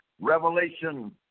Revelation